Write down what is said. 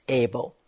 able